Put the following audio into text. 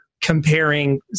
comparing